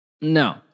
No